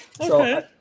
Okay